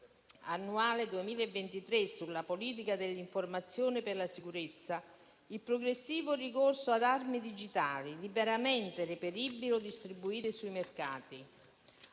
annuale 2023 sulla politica dell'informazione per la sicurezza, il progressivo ricorso ad armi digitali liberamente reperibili o distribuite sui mercati